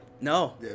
No